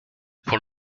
pour